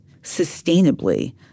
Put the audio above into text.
sustainably